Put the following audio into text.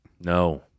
No